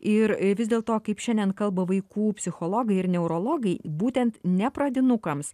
ir vis dėl to kaip šiandien kalba vaikų psichologai ir neurologai būtent ne pradinukams